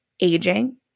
aging